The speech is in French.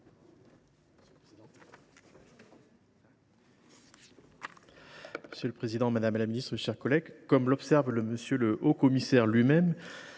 Monsieur le président, madame la ministre, mes chers collègues, comme l’observe M. le haut commissaire lui même